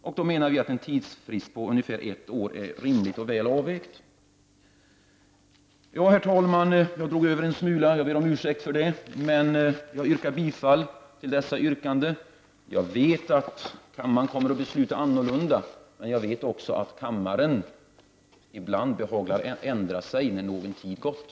Enligt vår åsikt är en tidsfrist på ungefär ett år rimlig och väl avvägd. Herr talman! Jag drog över tiden en smula och ber om ursäkt för detta. Jag yrkar bifall till vpk:s förslag, samtidigt som jag vet att kammaren kommer att besluta annorlunda. Jag vet också att kammaren ibland behagar ändra sig efter det att någon tid har förflutit.